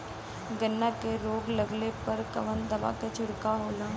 गन्ना में रोग लगले पर कवन दवा के छिड़काव होला?